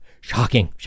Shocking